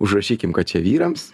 užrašykim kad čia vyrams